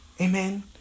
Amen